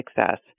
success